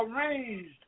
arranged